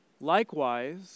Likewise